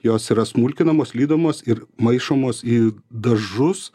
jos yra smulkinamos lydomos ir maišomos į dažus